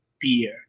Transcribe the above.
beer